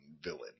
villain